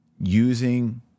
using